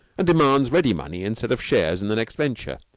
demands ready money instead of shares in the next venture.